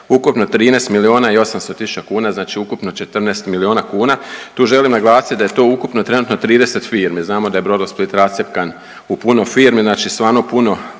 ukupno 13 800 000, znači ukupno 14 milijuna kuna. Tu želim naglasiti da je to ukupno trenutno 30 firmi, znamo da je Brodosplit rascjepkan u puno firmi, znači stvarno puno,